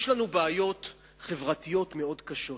יש לנו בעיות חברתיות מאוד קשות.